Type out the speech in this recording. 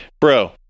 bro